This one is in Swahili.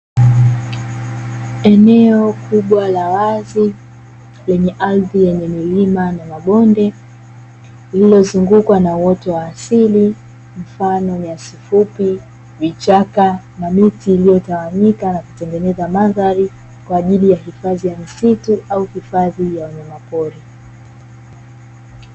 Eneo kubwa la wazi lenye ardhi yenye milima na mabonde, lililozungukwa na uoto wa asili mfano nyasi fupi, vichaka na miti; iliyotawanyika na kutengeneza mandhari kwa ajili ya hifadhi ya misitu au hifadhi ya wanyamapori.